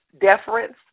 deference